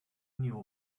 new